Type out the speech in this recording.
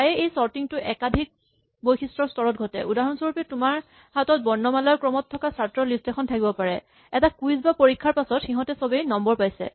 প্ৰায়ে এই চৰ্টিং টো একাধিক বৈশিষ্টৰ স্তৰত ঘটে উদাহৰণস্বৰূপে তোমাৰ হাতত বৰ্ণমালাৰ ক্ৰমত থকা ছাত্ৰৰ লিষ্ট এখন থাকিব পাৰে এটা কুইজ বা পৰীক্ষাৰ পাছত সিহঁত চবেই নম্বৰ পাইছে